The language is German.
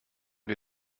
wir